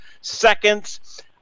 seconds